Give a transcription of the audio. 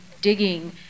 digging